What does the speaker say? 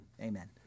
Amen